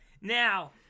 now